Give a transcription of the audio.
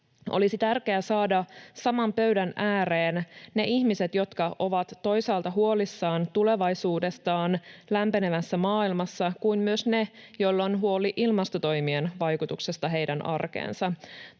Olisi tärkeää saada saman pöydän ääreen niin ne ihmiset, jotka ovat huolissaan tulevaisuudestaan lämpenevässä maailmassa, kuin myös ne, joilla on huoli ilmastotoimien vaikutuksesta heidän arkeensa.